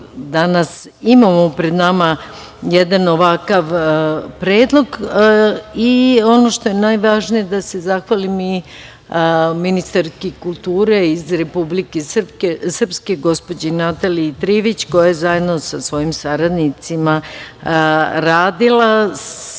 danas imamo pred nama jedan ovakav predlog. Ono što je najvažnije, da se zahvalim i ministarki kulture iz Republike Srpske, gospođi Nataliji Trivić, koja je zajedno sa svojim saradnicima radila sa